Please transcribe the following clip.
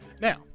Now